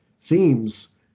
themes